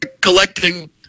collecting